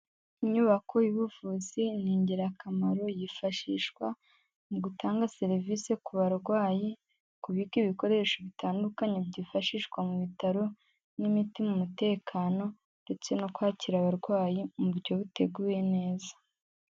Inyubako y'ubuvuzi ni ingirakamaro, yifashishwa mu gutanga serivisi ku barwayi, kubika ibikoresho bitandukanye byifashishwa mu bitaro n'imiti mu mutekano ndetse no kwakira abarwayi mu buryo buteguye neza.